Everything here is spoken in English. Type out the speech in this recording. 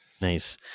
Nice